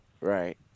Right